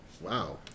Wow